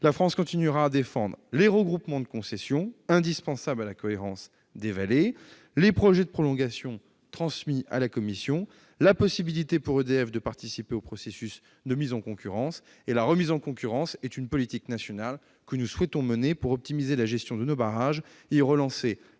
La France continuera à défendre les regroupements de concessions, indispensables à la cohérence des vallées, les projets de prolongation, transmis à la Commission, ainsi que la possibilité pour EDF de participer au processus de mise en concurrence. La remise en concurrence est une politique nationale que nous souhaitons mener pour optimiser la gestion de nos barrages et relancer